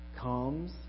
comes